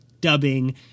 dubbing